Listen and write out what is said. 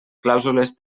clàusules